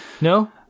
No